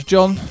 John